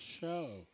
show